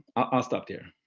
i'll stop there.